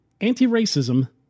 anti-racism